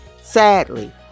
Sadly